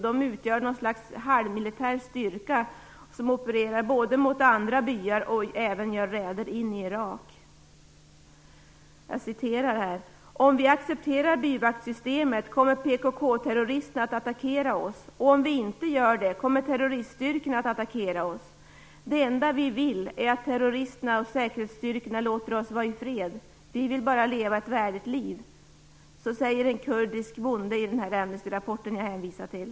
De utgör något slags halvmilitär styrka som både opererar mot andra byar och även gör räder in i Irak. "Om vi accepterar byvaktsystemet kommer PKK terroristerna att attackera oss och om vi inte gör det kommer terroriststyrkorna att attackera oss. Det enda vi vill är att terroristerna och säkerhetsstyrkorna låter oss vara i fred. Vi vill bara leva ett värdigt liv." Så säger en kurdisk bonde i den Amnestyrapport jag hänvisade till.